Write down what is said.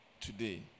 today